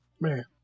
man